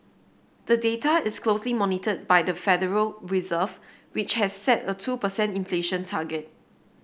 the data is closely monitored by the Federal Reserve which has set a two per cent inflation target